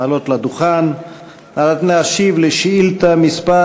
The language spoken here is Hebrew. לעלות לדוכן על מנת להשיב על שאילתה מס'